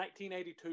1982